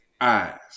eyes